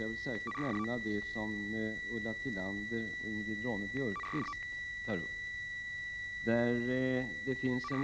Särskilt vill jag nämna det som Ulla Tillander och Ingrid Ronne Björkqvist tar upp.